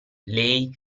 lei